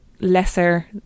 lesser